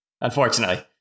unfortunately